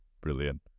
Brilliant